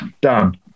Done